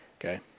Okay